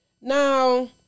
now